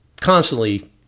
constantly